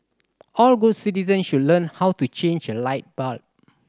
all good citizens should learn how to change a light bulb